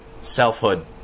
selfhood